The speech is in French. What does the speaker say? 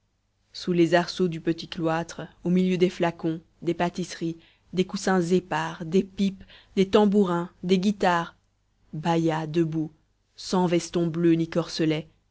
sous les arceaux du petit cloître au milieu des flacons des pâtisseries des coussins épars des pipes des tambourins des guitares baïa debout sans veston bleu ni corselet